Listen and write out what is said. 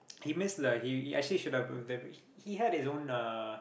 he missed the he he actually should have the s~ he had his own uh